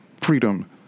Freedom